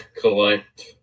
collect